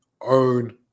own